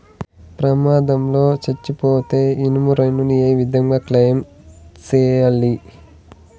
ప్రమాదం లో సచ్చిపోతే ఇన్సూరెన్సు ఏ విధంగా క్లెయిమ్ సేయాలి?